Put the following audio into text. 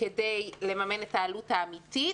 כדי לממן את העלות האמיתית.